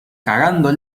cagando